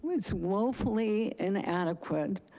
it's woefully inadequate,